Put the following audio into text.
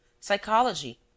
psychology